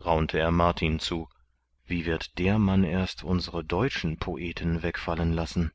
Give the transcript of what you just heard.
raunte er martin zu wie wird der mann erst unsere deutschen poeten wegfallen lassen